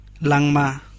langma